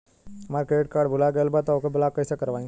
हमार credit card भुला गएल बा त ओके ब्लॉक कइसे करवाई?